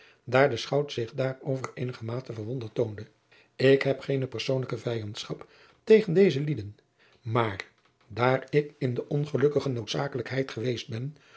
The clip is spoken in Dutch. daar de chout zich daarover eenigermate verwonderd toonde k heb geene persoonlijke vijandschap tegen deze lieden maar daar ik in de ongelukkige noodzakelijkheid geweest ben